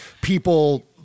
people